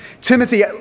Timothy